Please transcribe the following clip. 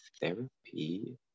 therapy